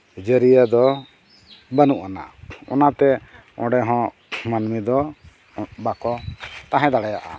ᱡᱟᱹᱨᱭᱟᱹ ᱫᱚ ᱵᱟᱹᱱᱩᱜ ᱟᱱᱟᱜ ᱚᱱᱟᱛᱮ ᱚᱸᱰᱮᱦᱚᱸ ᱢᱟᱱᱢᱤ ᱫᱚ ᱵᱟᱠᱚ ᱛᱟᱦᱮᱸ ᱫᱟᱲᱮᱭᱟᱜᱼᱟ